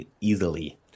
easily